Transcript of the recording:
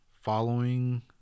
following